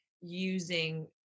using